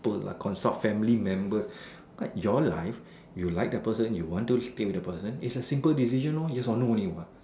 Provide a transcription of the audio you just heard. member consult family members what your life you like the person you want to stay with the person is a simple decision lor yes or no only what